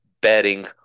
betting